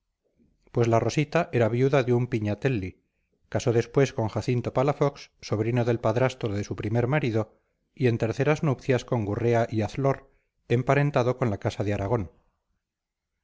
pues la rosita era viuda de un pignatelli casó después con jacinto palafox sobrino del padrastro de su primer marido y en terceras nupcias con gurrea y azlor emparentado con la casa de aragón